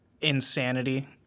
insanity